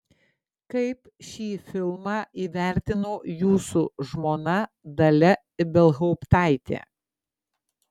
kaip šį filmą įvertino jūsų žmona dalia ibelhauptaitė